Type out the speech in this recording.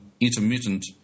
intermittent